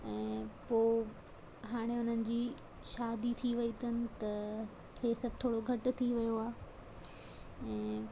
ऐं पोइ हाणे उन्हनि जी शादी थी वई अथनि त हे सभु थोरो घटि थी वियो आहे ऐं